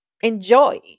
enjoy